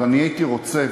אבל אני הייתי רוצה,